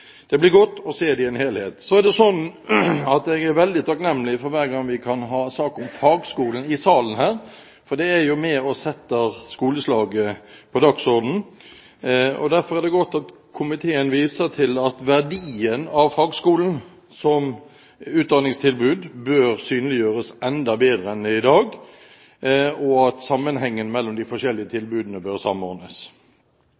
se dem i en helhet. Så er jeg veldig takknemlig hver gang vi har en sak om fagskolene i salen her, for det er med på å sette skoleslaget på dagsordenen. Derfor er det godt at komiteen viser til at verdien av fagskolene som utdanningstilbud bør synliggjøres enda bedre enn i dag, og at de forskjellige